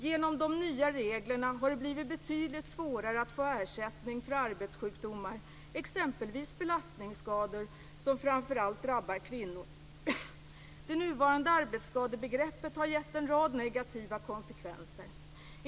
Genom de nya reglerna har det blivit betydligt svårare att få ersättning för arbetssjukdomar, exempelvis belastningsskador - som framför allt drabbar kvinnor. Det nuvarande arbetsskadebegreppet har gett en rad negativa konsekvenser.